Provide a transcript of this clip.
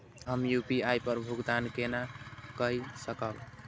हम यू.पी.आई पर भुगतान केना कई सकब?